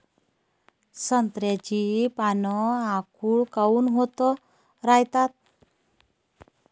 संत्र्याची पान आखूड काऊन होत रायतात?